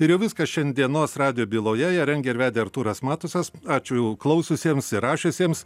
ir jau viskas šiandienos radijo byloje ją rengė ir vedė artūras matusas ačiū klausiusiems ir rašiusiems